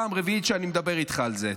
פעם רביעית שאני מדבר איתך על זה.